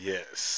Yes